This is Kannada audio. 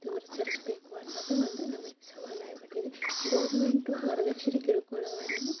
ದೂರ ಸರಿಸಬೇಕು ಅನ್ನೋದು ಒಂದು ನಮಗೆ ಸವಾಲು ಆಗಿಬಿಟ್ಟಿದೆ ಗೌರ್ಮೆಂಟು ವರದಕ್ಷಿಣೆ ಕಿರುಕುಳವನ್ನು